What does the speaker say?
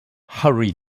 hurry